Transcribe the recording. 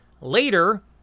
Later